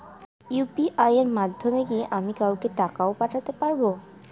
UPI এর মাধ্যমে কি আমি কাউকে টাকা ও পাঠাতে পারবো?